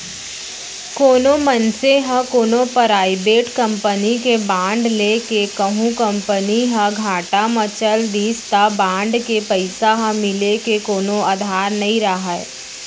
कोनो मनसे ह कोनो पराइबेट कंपनी के बांड ले हे कहूं कंपनी ह घाटा म चल दिस त बांड के पइसा ह मिले के कोनो अधार नइ राहय